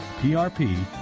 PRP